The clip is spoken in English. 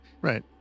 Right